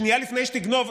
שנייה לפני שתגנוב,